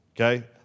okay